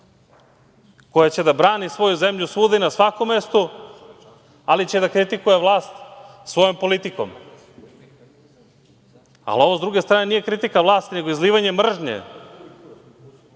koja će da brani svoju zemlju svuda i na svakom mestu, ali će da kritikuje vlast svojom politikom. Ali, ovo s druge nije kritika vlasti nego izlivanje mržnje